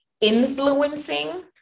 influencing